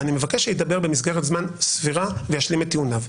ואני מבקש שידבר במסגרת זמן סבירה וישלים את טיעוניו.